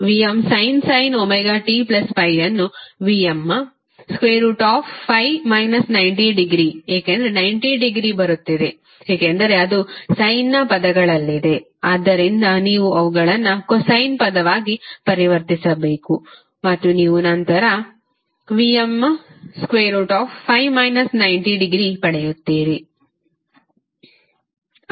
Vmsin ωt∅ Vm∠∅ 90° ಏಕೆ 90 degree ಬರುತ್ತಿದೆ ಏಕೆಂದರೆ ಇದು ಸಯ್ನ್ ಪದಗಳಲ್ಲಿದೆ ಆದ್ದರಿಂದ ನೀವು ಅವುಗಳನ್ನು ಕೊಸೈನ್ ಪದವಾಗಿ ಪರಿವರ್ತಿಸಬೇಕು ಮತ್ತು ನಂತರ ನೀವು Vm∠∅ 90° ಪಡೆಯುತ್ತೀರಿ